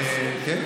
כן,